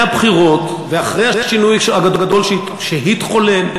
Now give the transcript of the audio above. הבחירות ואחרי השינוי הגדול שהתחולל,